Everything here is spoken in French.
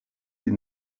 des